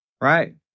right